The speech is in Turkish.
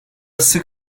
sık